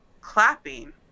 clapping